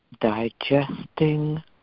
digesting